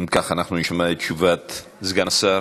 אם כך, נשמע את תשובת סגן השר.